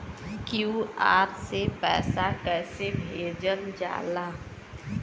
QR से पैसा कैसे भेजल जाला?